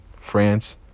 France